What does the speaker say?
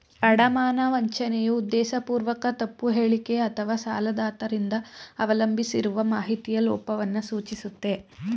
ಅಡಮಾನ ವಂಚನೆಯು ಉದ್ದೇಶಪೂರ್ವಕ ತಪ್ಪು ಹೇಳಿಕೆ ಅಥವಾಸಾಲದಾತ ರಿಂದ ಅವಲಂಬಿಸಿರುವ ಮಾಹಿತಿಯ ಲೋಪವನ್ನ ಸೂಚಿಸುತ್ತೆ